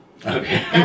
Okay